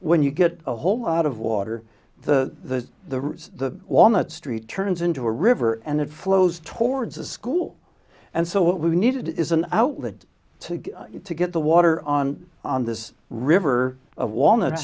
when you get a whole lot of water the the the walnut street turns into a river and it flows towards a school and so what we needed is an outlet to to get the water on on this river of walnut